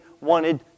wanted